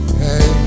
hey